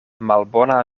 malbona